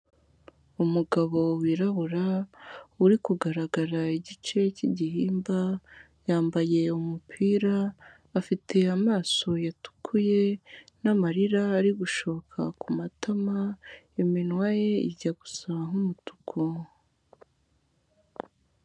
Umugabo wirabura uri kugaragara igice cy'igihimba yambaye umupira afite amaso yatukuye n'amarira ari gushoka ku matama iminwa ye ijya gusa nkumutuku.